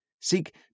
Seek